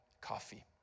coffee